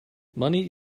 money